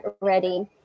ready